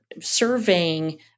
surveying